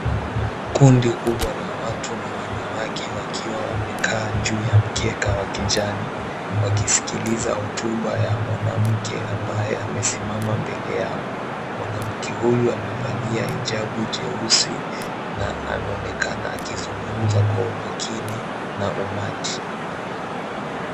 Kundi kubwa la watu na wanawake wakiwa wamekaa juu ya mkeka wa kijani wakisikiliza hotuba ya mwanamke ambaye amesimama mbele yao, mwanamke huyu amevalia hijabu jeusi na anaonekana akizungumza kwa umakini na umati.